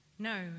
No